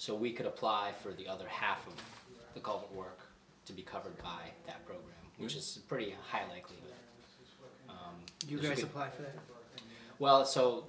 so we could apply for the other half of the cult work to be covered by that program which is pretty high likelihood you're going to apply for that well so